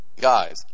Guys